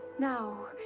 now.